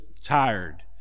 tired